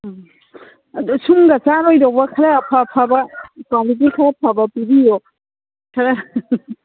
ꯎꯝ ꯑꯗꯨ ꯁꯨꯝꯒ ꯆꯥꯔꯣꯏꯗꯧꯕ ꯈꯔ ꯑꯐ ꯑꯐꯕ ꯀ꯭ꯋꯥꯂꯤꯇꯤ ꯈꯔ ꯐꯕ ꯄꯤꯕꯤꯌꯣ ꯈꯔ